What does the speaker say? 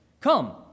come